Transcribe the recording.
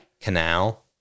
Canal